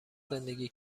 زندگی